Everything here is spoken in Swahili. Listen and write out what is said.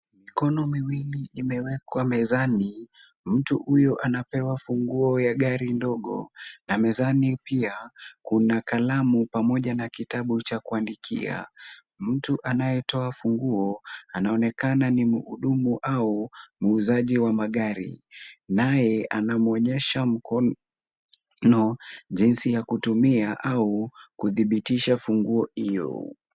Mikono miwili imewekwa mezani, mtu huyu anapewa funguo ya gari ndogo na mezani pia kuna kalamu pamoja na kitabu cha kuandikia. Mtu anayetoa funguo anaonekana ni mhudumu au muuzaji wa magari, naye anamwonyesha mkono jinsi ya kutumia au kudhibitisha funguo hiyo.